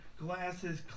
glasses